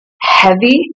heavy